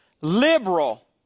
liberal